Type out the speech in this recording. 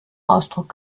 ausdruck